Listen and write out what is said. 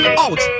out